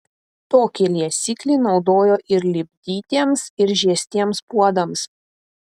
tokį liesiklį naudojo ir lipdytiems ir žiestiems puodams